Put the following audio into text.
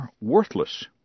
worthless